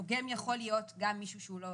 דוגם יכול להיות גם מישהו שהוא לא